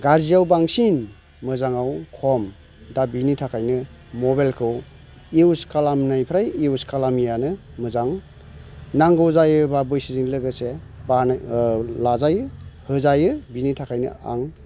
गाज्रियाव बांसिन मोजाङाव खम' दा बिनि थाखायनो मबाइलखौ इयुस खालामनायनिफ्राय इयुस खालामैयानो मोजां नांगौ जायोब्ला बैसोजों लोगोसे बा लाजायो होजायो बिनि थाखायनो आं